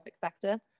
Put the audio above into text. factor